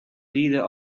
leader